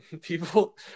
people